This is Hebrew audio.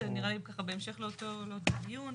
זה נראה לי ככה בהמשך לאותו דיון,